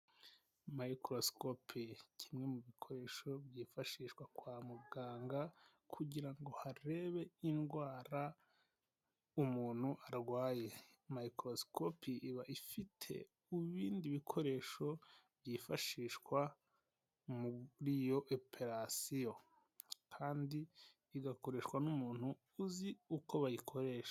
Mayikorosikopi, kimwe mu bikoresho byifashishwa kwa muganga kugira ngo harebe indwara umuntu arwaye. Mayikorosikopi iba ifite ibindi bikoresho byifashishwa muri iyo operasiyo kandi igakoreshwa n'umuntu uzi uko bayikoresha.